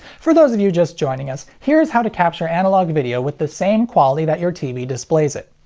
for those of you just joining us, here's how to capture analog video with the same quality that your tv displays it.